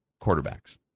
quarterbacks